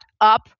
up